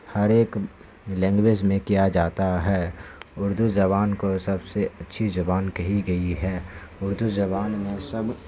ہر ایک لینگویج میں کیا جاتا ہے اردو زبان کو سب سے اچھی زبان کہی گئی ہے اردو زبان میں سب